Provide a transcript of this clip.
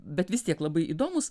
bet vis tiek labai įdomūs